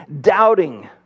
doubting